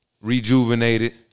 rejuvenated